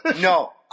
no